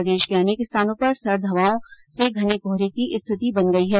प्रदेश के अनेक स्थानों पर सर्द हवाओं से घने कोहरे की स्थिति बन गई है